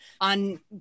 on